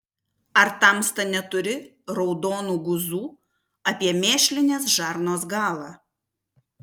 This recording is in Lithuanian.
ar tamsta neturi raudonų guzų apie mėšlinės žarnos galą